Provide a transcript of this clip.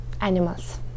animals